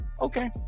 okay